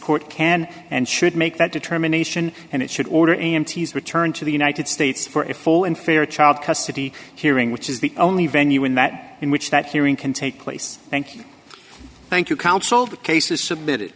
court can and should make that determination and it should order mts returned to the united states for a full and fair child custody hearing which is the only venue in that in which that hearing can take place thank you thank you counsel the case is submitted